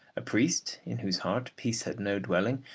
a priest, in whose heart peace had no dwelling,